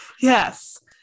Yes